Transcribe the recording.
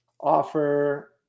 offer